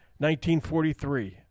1943